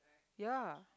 ya